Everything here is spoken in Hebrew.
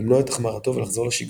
למנוע את החמרתו ולחזור לשגרה,